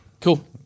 Cool